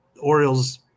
Orioles